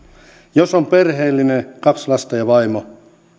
jos on perheellinen kaksi lasta ja vaimo